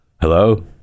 Hello